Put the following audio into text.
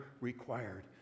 required